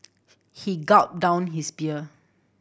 he gulped down his beer